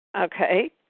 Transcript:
Okay